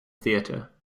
theatre